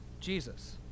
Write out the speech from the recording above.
Jesus